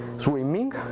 Swimming